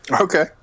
Okay